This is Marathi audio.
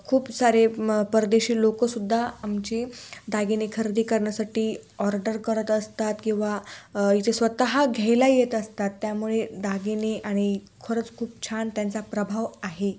खूप सारे म परदेशी लोकंसुद्धा आमचे दागिने खरेदी करण्यासाटी ऑर्डर करत असतात किंवा इथे स्वतः घ्यायला येत असतात त्यामुळे दागिने आणि खरंच खूप छान त्यांचा प्रभाव आहे